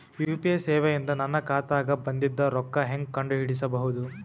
UPI ಸೇವೆ ಇಂದ ನನ್ನ ಖಾತಾಗ ಬಂದಿದ್ದ ರೊಕ್ಕ ಹೆಂಗ್ ಕಂಡ ಹಿಡಿಸಬಹುದು?